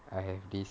I have this